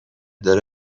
داره